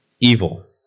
evil